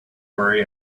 worry